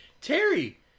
Terry